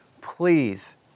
Please